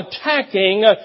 attacking